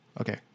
okay